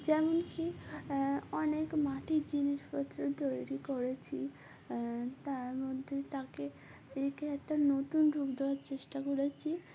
যেমনকি অনেক মাটির জিনিসপত্র তৈরি করেছি তার মধ্যে তাকে একে একটা নতুন রূপ দেওয়ার চেষ্টা করেছি